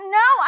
no